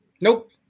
Nope